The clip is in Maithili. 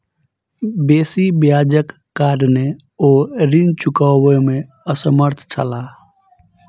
बेसी ब्याजक कारणेँ ओ ऋण चुकबअ में असमर्थ छला